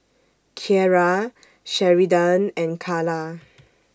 Kierra Sheridan and Kala